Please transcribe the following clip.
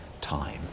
time